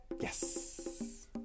Yes